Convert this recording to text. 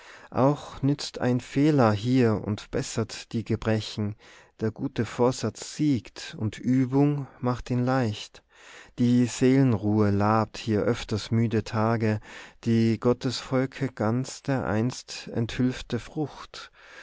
auch nützt ein fehler hier und bessert die gebrechen der gute vorsatz siegt und übung macht ihn leicht die seelenruhe labt hier öfters müde tage die gottes volke ganz dereinst enthülfte